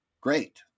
great